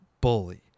Bully